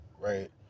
right